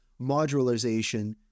modularization